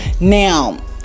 now